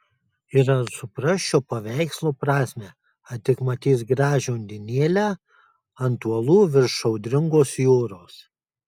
ir ar supras šio paveikslo prasmę ar tik matys gražią undinėlę ant uolų virš audringos jūros